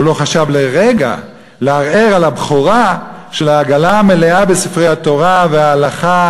הוא לא חשב לרגע לערער על הבכורה של העגלה המלאה בספרי התורה וההלכה,